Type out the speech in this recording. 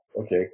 Okay